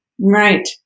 Right